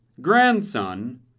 Grandson